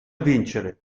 vincere